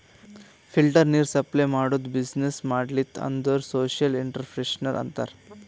filter ನೀರ್ supply ಮಾಡದು business ಮಾಡ್ಲತಿ ಅಂದುರ್ ಸೋಶಿಯಲ್ ಇಂಟ್ರಪ್ರಿನರ್ಶಿಪ್ ಅಂತಾರ್